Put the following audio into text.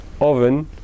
oven